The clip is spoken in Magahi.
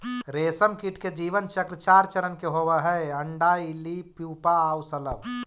रेशमकीट के जीवन चक्र चार चरण के होवऽ हइ, अण्डा, इल्ली, प्यूपा आउ शलभ